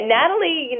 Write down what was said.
Natalie